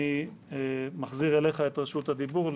אני מחזיר אליך את רשות הדיבור.